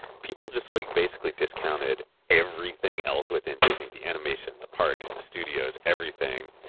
people just like basically discounted everything else within disneyeur the animation, the parks, the studios, everything.